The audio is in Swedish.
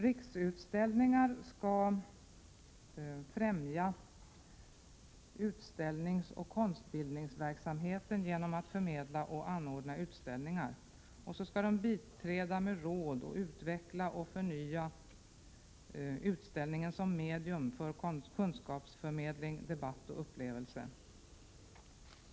Riksutställningar skall främja utställningar och konstbildningsverksamhet genom att förmedla och anordna utställningar och bidra med råd samt utveckla och förnya utställningen som medium för kunskapsförmedling, debatt och upplevelse.